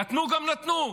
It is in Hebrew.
נתנו גם נתנו.